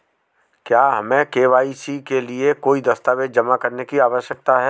क्या हमें के.वाई.सी के लिए कोई दस्तावेज़ जमा करने की आवश्यकता है?